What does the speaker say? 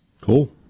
Cool